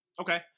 Okay